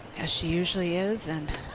as she usually is. and